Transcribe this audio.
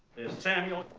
samuel,